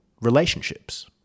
relationships